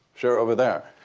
sure, over there.